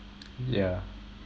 yeah